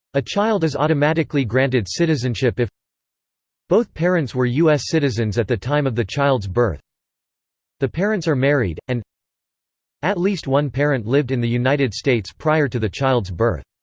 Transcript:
a child is automatically granted citizenship if both parents were u s. citizens at the time of the child's birth the parents are married and at least one parent lived in the united states prior to the child's birth.